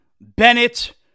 Bennett